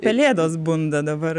pelėdos bunda dabar